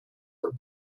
for